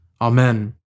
Amen